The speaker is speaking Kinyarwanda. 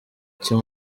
cy’i